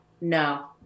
no